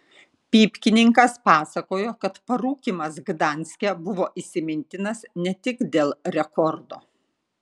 pypkininkas pasakojo kad parūkymas gdanske buvo įsimintinas ne tik dėl rekordo